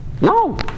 No